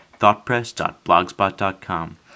thoughtpress.blogspot.com